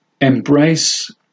embrace